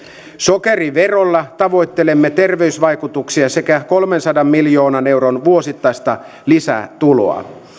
sokeriverolla tavoittelemme terveysvaikutuksia sekä kolmensadan miljoonan euron vuosittaista lisätuloa